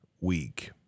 week